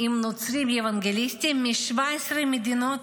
עם נוצרים אוונגליסטים מ-17 מדינות